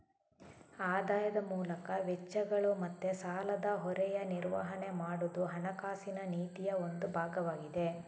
ಆದಾಯದ ಮೂಲಕ ವೆಚ್ಚಗಳು ಮತ್ತೆ ಸಾಲದ ಹೊರೆಯ ನಿರ್ವಹಣೆ ಮಾಡುದು ಹಣಕಾಸಿನ ನೀತಿಯ ಒಂದು ಭಾಗವಾಗಿದೆ